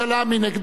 מי נגדה?